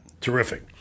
Terrific